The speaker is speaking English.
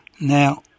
Now